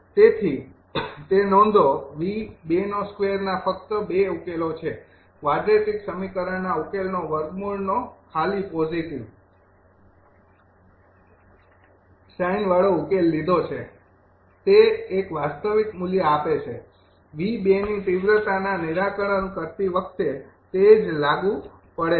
તેથી તે નોંધો ના ફક્ત ૨ ઉકેલો છે ક્વાડ્રેટીક સમીકરણના ઉકેલનો વર્ગમૂળનો ખાલી પોજિટિવ સાઇન વાળો ઉકેલ લીધો છે તે એક વાસ્તવિક મૂલ્ય આપે છે ની તીવ્રતા ના નિરાકરણ કરતી વખતે તે જ લાગુ પડે છે